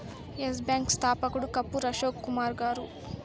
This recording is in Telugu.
ఎస్ బ్యాంకు స్థాపకుడు కపూర్ అశోక్ కుమార్ గారు